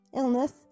illness